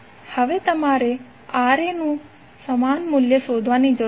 હવે તમારે Ra નું સમાન મૂલ્ય શોધવાની જરૂર છે